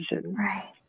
Right